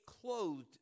clothed